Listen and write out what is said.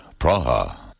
Praha. (